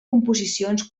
composicions